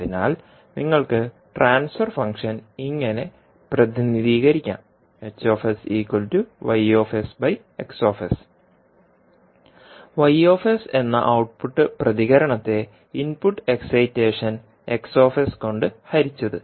അതിനാൽ നിങ്ങൾക്ക് transfer function ഇങ്ങനെ പ്രതിനിധീകരിക്കാം എന്ന ഔട്ട്പുട്ട് പ്രതികരണത്തെ ഇൻപുട്ട് എക്സൈറ്റേഷൻ കൊണ്ട് ഹരിച്ചത്